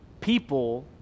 people